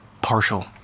Partial